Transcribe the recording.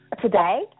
Today